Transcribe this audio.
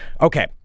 Okay